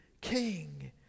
King